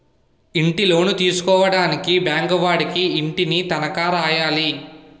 ఇంటిలోను తీసుకోవడానికి బ్యాంకు వాడికి ఇంటిని తనఖా రాయాలి